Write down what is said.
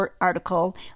article